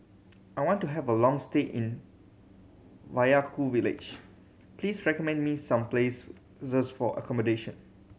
I want to have a long stay in Vaiaku village please recommend me some place for accommodation